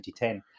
2010